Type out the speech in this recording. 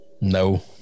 No